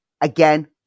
Again